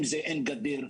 אם אין גדר,